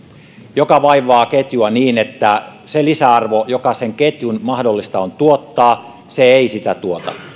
joka vaivaa ketjua niin että sitä lisäarvoa joka sen ketjun mahdollista on tuottaa se ei tuota